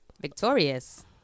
Victorious